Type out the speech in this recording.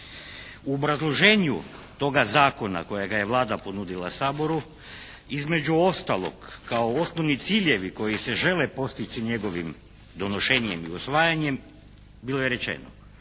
U obrazloženju toga zakona kojega je Vlada ponudila Saboru između ostalog kao osnovni ciljevi koji se žele postići njegovim donošenjem ili usvajanjem bilo je rečeno